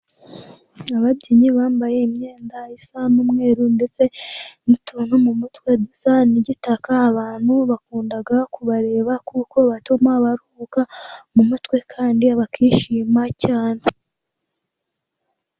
Ababyinnyi bambaye imyenda isa n'umweru, ndetse n'utuntu mu mutwe dusa gitaka, abantu bakunda kubareba, kuko batuma baruhuka mu mutwe kandi bakishima cyane.